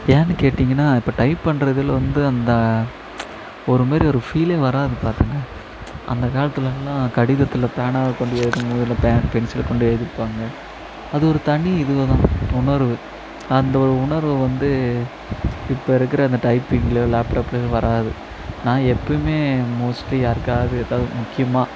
ஏன்னெனு கேட்டீங்கனால் இப்போ டைப் பண்ணுறதுல வந்து அந்த ஒரு மாதிரி ஒரு ஃபீலே வராது பார்த்துகோங்க அந்த காலத்துலெலாம் கடிதத்தில் பேனாவை கொண்டு எழுதியோ இல்லை பே பென்சிலை கொண்டு எழுதியிருப்பாங்க அது ஒரு தனி இதுவாக தான் உணர்வு அந்த ஒரு உணர்வை வந்து இப்போ இருக்கிற அந்த டைப்பிங்லேயோ லேப்டாப்லேயோ வராது நான் எப்பயுமே மோஸ்ட்லி யாருக்காவது எப்பயாவது முக்கியமாக